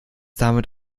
damit